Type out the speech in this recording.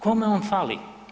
Kome on fali?